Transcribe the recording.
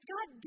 God